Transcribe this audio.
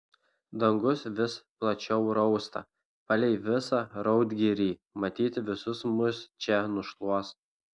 dangus vis plačiau rausta palei visą raudgirį matyt visus mus čia nušluos